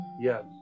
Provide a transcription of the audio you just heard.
Yes